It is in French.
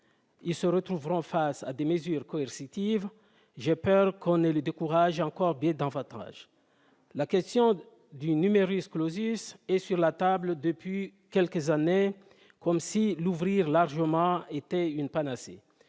ils se retrouveront face à des mesures coercitives, j'ai peur qu'on ne les décourage encore bien davantage. La question du est sur la table depuis quelques années, comme si l'ouvrir largement était une panacée.